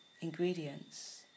ingredients